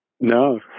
No